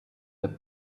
the